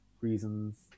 reasons